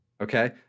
okay